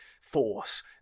force